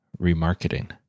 remarketing